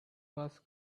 was